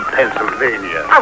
Pennsylvania